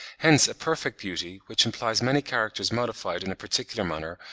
hence a perfect beauty, which implies many characters modified in a particular manner,